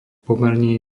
pomerne